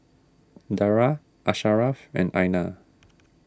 Dara Asharaff and Aina